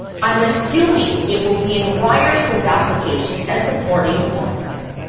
i'm assuming it will be in ryerson's application as supporting documents.